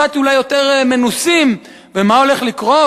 אולי קצת יותר מנוסים: ומה הולך לקרות?